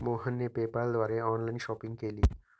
मोहनने पेपाल द्वारे online shopping केली